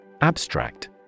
Abstract